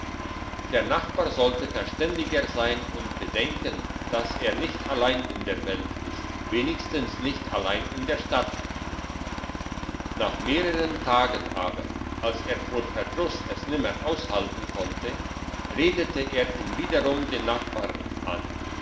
der nachbar sollte verständiger sein und bedenken daß er nicht allein in der welt ist wenigstens nicht allein in der stadt nach mehreren tagen aber als er vor verdruß es nimmer aushalten konnte redete er hinwiederum den nachbar an